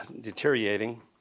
deteriorating